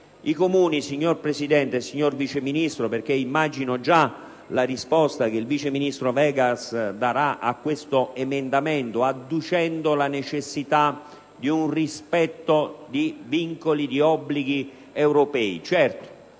municipali. Signor Presidente, signor Vice Ministro, immagino già la risposta che il vice ministro Vegas darà a questo emendamento, adducendo la necessità del rispetto di vincoli ed obblighi europei. Certo,